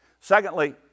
Secondly